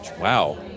Wow